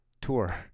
tour